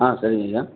சரிங்கய்யா